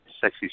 Sexy